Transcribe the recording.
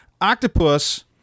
octopus